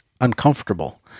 uncomfortable